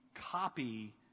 copy